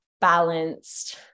balanced